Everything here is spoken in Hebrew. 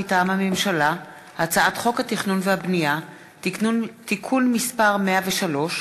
מטעם הממשלה: הצעת חוק התכנון והבנייה (תיקון מס' 103),